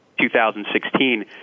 2016